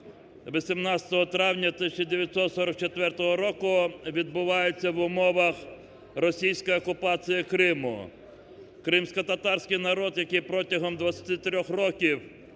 18 травня 1944 року відбуваються в умовах російської окупації Криму. Кримськотатарський народ, який протягом 23-х років,